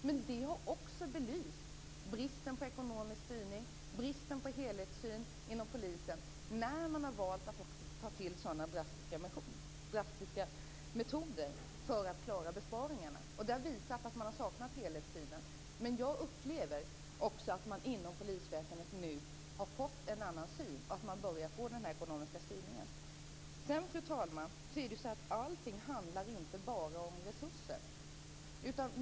Men det har också belyst bristen på ekonomisk styrning och på en helhetssyn inom polisen när man har valt att ta till sådana drastiska metoder för att klara besparingarna. Det har visat att man har saknat en helhetssyn. Men jag upplever att man inom polisväsendet nu har fått en annan syn och att man börjar få en ekonomisk styrning. Sedan, fru talman, är det inte så att allting bara handlar om resurser.